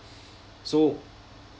so